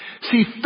See